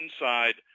inside